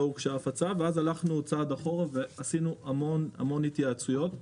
ואז הלכנו צעד אחורה ועשינו המון התייעצויות,